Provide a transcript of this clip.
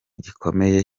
gikomeye